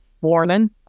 warning